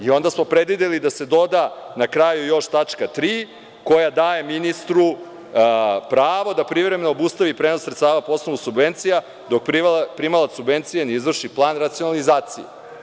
Onda smo predvideli da se doda na kraju tačka 3. koja daje ministru pravo da privremeno obustavi prenos sredstava po osnovu subvencija dok primalac subvencije ne izvrši plan racionalizacije.